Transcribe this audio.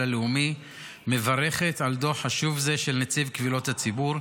הלאומי מברכת על דוח חשוב זה של נציב קבילות הציבור.